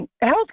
health